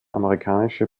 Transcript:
amerikanische